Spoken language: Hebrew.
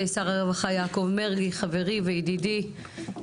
הרווחה יעקב מרגי חברי וידידי,